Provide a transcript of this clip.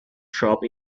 sharp